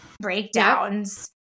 breakdowns